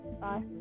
Bye